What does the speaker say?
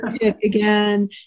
again